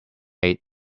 eight